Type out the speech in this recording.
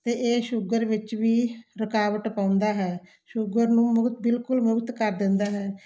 ਅਤੇ ਇਹ ਸ਼ੂਗਰ ਵਿੱਚ ਵੀ ਰੁਕਾਵਟ ਪਾਉਂਦਾ ਹੈ ਸ਼ੂਗਰ ਨੂੰ ਮੁਕਤ ਬਿਲਕੁਲ ਮੁਕਤ ਕਰ ਦਿੰਦਾ ਹੈ